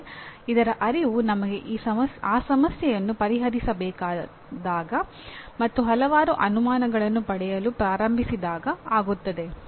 ಆದರೆ ಇದರ ಅರಿವು ನಮಗೆ ಆ ಸಮಸ್ಯೆಯನ್ನು ಪರಿಹರಿಸಬೇಕಾದಾಗ ಮತ್ತು ಹಲವಾರು ಅನುಮಾನಗಳನ್ನು ಪಡೆಯಲು ಪ್ರಾರಂಭಿಸಿದಾಗ ಆಗುತ್ತದೆ